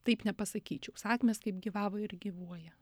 taip nepasakyčiau sakmės kaip gyvavo ir gyvuoja